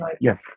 Yes